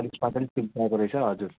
अलिक पछाडि रहेछ हजुर